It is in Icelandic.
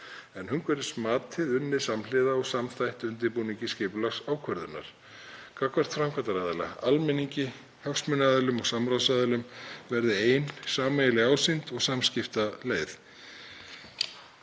en umhverfismatið unnið samhliða og samþætt undirbúningi skipulagsákvörðunar. Gagnvart framkvæmdaraðila, almenningi, hagsmunaaðilum og samráðsaðilum verði ein sameiginleg ásýnd og samskiptaleið.